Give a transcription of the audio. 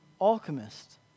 alchemist